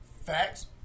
facts